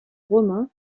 romain